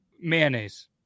mayonnaise